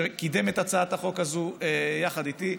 שקידם את הצעת החוק הזאת יחד איתי,